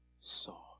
saw